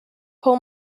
pull